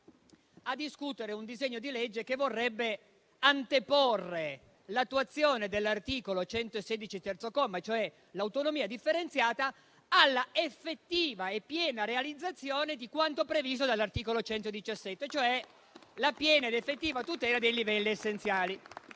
a discutere un disegno di legge che vorrebbe anteporre l'attuazione dell'articolo 116, terzo comma, cioè l'autonomia differenziata, all'effettiva e piena realizzazione di quanto previsto dall'articolo 117, cioè la piena ed effettiva tutela dei livelli essenziali.